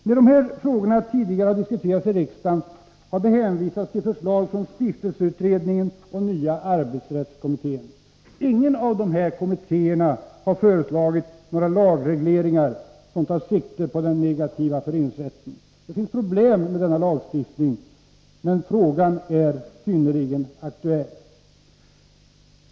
När de här frågorna tidigare har diskuterats i riksdagen har det hänvisats till förslag från stiftelseutredningen och nya arbetsrättskommittén. Ingen av dessa kommittéer har föreslagit några lagregleringar som tar sikte på den negativa föreningsrätten. Det finns problem med denna lagstiftning, men frågan är synnerligen aktuell.